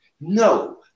No